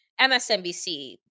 MSNBC